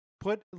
put